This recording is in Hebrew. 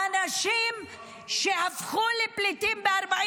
האנשים שהפכו לפליטים ב-48'